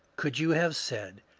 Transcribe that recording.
could you have said,